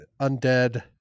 undead